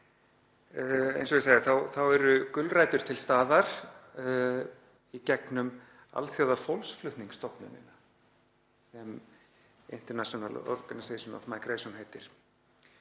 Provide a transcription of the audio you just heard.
Eins og ég sagði eru gulrætur til staðar í gegnum Alþjóðlegu fólksflutningastofnunina, sem International Organization for Migration heitir